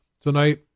tonight